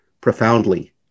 profoundly